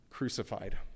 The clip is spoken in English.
crucified